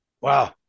Wow